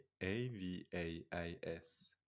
A-V-A-I-S